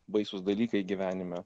baisūs dalykai gyvenime